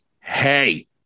Hey